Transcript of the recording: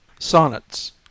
Sonnets